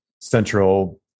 central